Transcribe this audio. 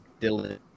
Dylan